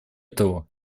того